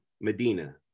Medina